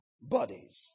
bodies